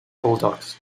bulldogs